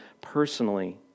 personally